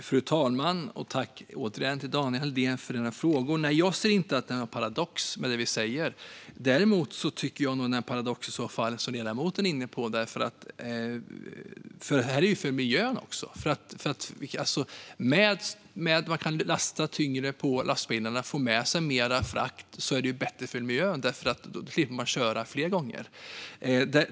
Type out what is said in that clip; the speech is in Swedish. Fru talman! Jag tackar återigen Daniel Helldén för hans frågor. Jag ser inte att det finns någon paradox i det vi säger. Däremot tycker jag nog att det som ledamoten är inne på är en paradox. Detta görs ju också för miljöns skull. Genom att man kan lasta tyngre på lastbilarna och få med sig mer frakt blir det bättre för miljön, eftersom man slipper köra flera gånger.